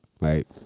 right